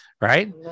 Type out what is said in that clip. right